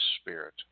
spirit